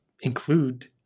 include